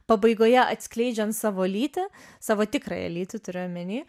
pabaigoje atskleidžiant savo lytį savo tikrąją lytį turiu omeny